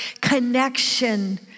connection